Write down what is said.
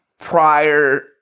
prior